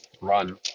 run